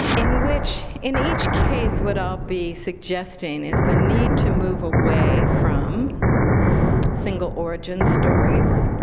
in which, in each case, what i'll be suggesting is the need to move away from single origin stories,